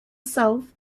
south